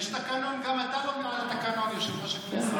שלמה,